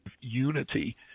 unity